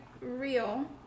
real